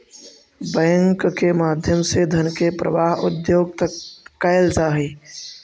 bank के माध्यम से धन के प्रवाह उद्योग तक कैल जा हइ